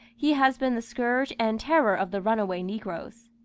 he has been the scourge and terror of the runaway negroes.